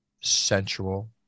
sensual